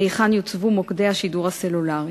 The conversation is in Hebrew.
היכן יוצבו מוקדי השידור הסלולריים.